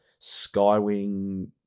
Skywing